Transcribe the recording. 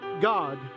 God